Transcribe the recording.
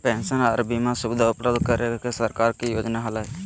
pension आर बीमा सुविधा उपलब्ध करे के सरकार के योजना हलय